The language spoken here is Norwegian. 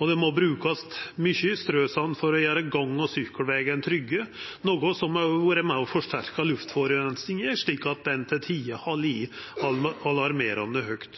og det må brukast mykje strøsand for å gjera gang- og sykkelvegane trygge, noko som òg har vore med på å forsterka luftforureininga, slik at ho til tider har vore alarmerande høg.